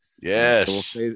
Yes